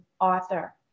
author